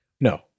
No